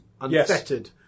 unfettered